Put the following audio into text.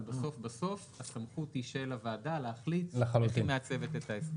אבל בסוף הסמכות היא של הוועדה להחליט איך היא מעצבת את ההסדר.